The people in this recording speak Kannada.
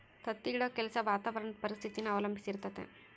ತತ್ತಿ ಇಡೋ ಕೆಲ್ಸ ವಾತಾವರಣುದ್ ಪರಿಸ್ಥಿತಿನ ಅವಲಂಬಿಸಿರ್ತತೆ